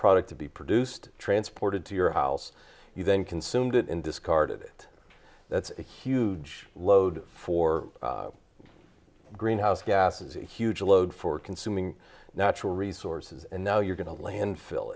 product to be produced transported to your house you then consumed it and discarded it that's a huge load for greenhouse gases a huge load for consuming natural resources and now you're going to landfill